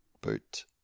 boot